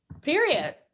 Period